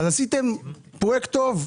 אז עשיתם פרויקט טוב.